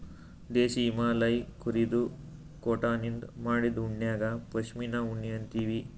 ದೇಶೀ ಹಿಮಾಲಯ್ ಕುರಿದು ಕೋಟನಿಂದ್ ಮಾಡಿದ್ದು ಉಣ್ಣಿಗಾ ಪಶ್ಮಿನಾ ಉಣ್ಣಿ ಅಂತೀವಿ